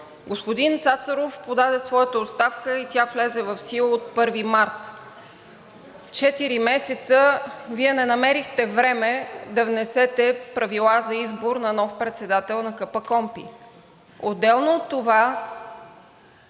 Господин Цацаров подаде своята оставка и тя влезе в сила от 1 март. Четири месеца Вие не намерихте време да внесете правила да избор на нов председател на КПКОНПИ. Отделно от това,